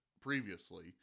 previously